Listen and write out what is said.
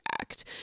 act